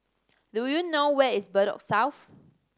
do you know where is Bedok South